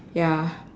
ya